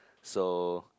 so